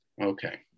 okay